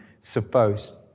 supposed